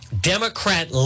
Democrat